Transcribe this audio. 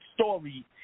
story